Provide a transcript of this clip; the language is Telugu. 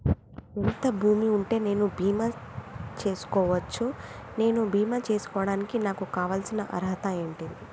ఎంత భూమి ఉంటే నేను బీమా చేసుకోవచ్చు? నేను బీమా చేసుకోవడానికి నాకు కావాల్సిన అర్హత ఏంటిది?